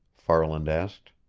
farland asked.